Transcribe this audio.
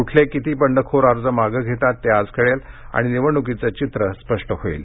कुठले किती बंडखोर अर्ज मागे घेतात ते आज कळेल आणि निवडणुकीचं चित्र स्पष्ट होईल